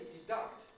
deduct